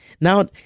Now